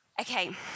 Okay